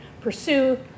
pursue